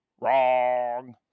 Wrong